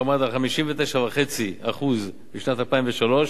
שעמד על 59.5% בשנת 2003,